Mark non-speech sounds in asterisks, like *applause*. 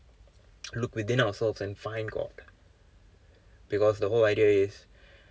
*noise* look within ourselves and find god because the whole idea is